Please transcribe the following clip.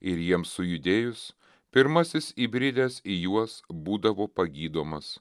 ir jiems sujudėjus pirmasis įbridęs į juos būdavo pagydomas